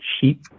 Sheep